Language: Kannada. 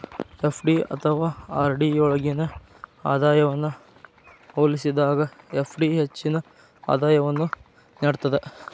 ಎಫ್.ಡಿ ಅಥವಾ ಆರ್.ಡಿ ಯೊಳ್ಗಿನ ಆದಾಯವನ್ನ ಹೋಲಿಸಿದಾಗ ಎಫ್.ಡಿ ಹೆಚ್ಚಿನ ಆದಾಯವನ್ನು ನೇಡ್ತದ